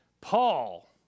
Paul